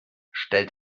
stellt